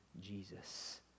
Jesus